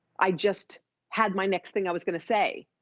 i just had my next thing i was gonna say.